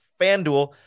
FanDuel